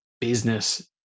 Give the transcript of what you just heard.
business